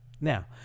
Now